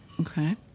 Okay